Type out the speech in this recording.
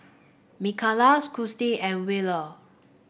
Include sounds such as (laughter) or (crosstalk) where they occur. Mikala (unintelligible) and Wheeler